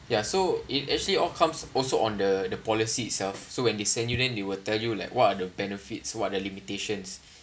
ya so it actually all comes also on the the policy itself so when they send you then they will tell you like what are the benefits what're the limitations